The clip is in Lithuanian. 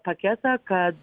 paketą kad